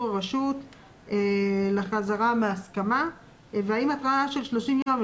הרשות לחזרה להסכמה והאם התראה של 30 יום,